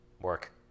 work